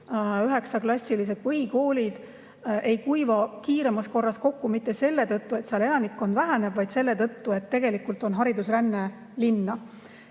üheksaklassilised põhikoolid kiiremas korras kokku mitte selle tõttu, et seal elanikkond väheneb, vaid selle tõttu, et tegelikult on haridusränne linna. Meil